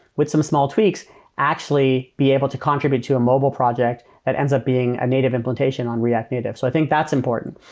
with some small tweaks actually be able to contribute to a mobile project that ends up being a native implementation on react native. so i think that's important.